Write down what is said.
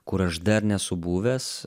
kur aš dar nesu buvęs